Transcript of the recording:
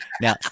Now